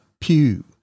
Pew